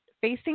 Facing